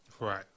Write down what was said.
Right